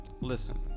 listen